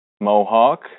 mohawk